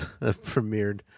premiered